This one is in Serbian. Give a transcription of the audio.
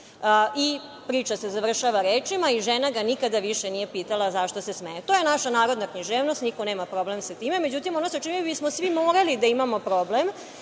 Priča se završava rečima – i žena ga nikada više nije pitala zašto se smeje. To je naša narodna književnost, niko nema problem sa time. Međutim, ono sa čime bismo svi morali da imamo problem